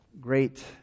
great